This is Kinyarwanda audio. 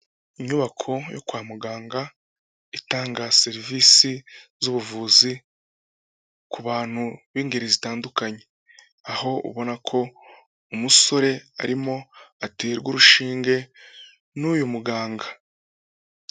Inyubako yo kwa muganga itanga serivisi z'ubuvuzi ku bantu b'ingeri zitandukanye, aho ubona ko umusore arimo aterwa urushinge n'uyu muganga.